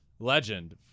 legend